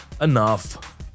Enough